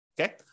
Okay